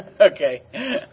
Okay